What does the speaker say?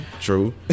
True